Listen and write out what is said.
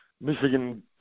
Michigan